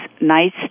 nice